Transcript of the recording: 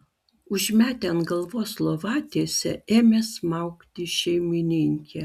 užmetę ant galvos lovatiesę ėmė smaugti šeimininkę